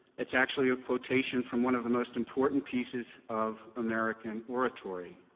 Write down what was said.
it's actually a quotation from one of the most important pieces of american oratory.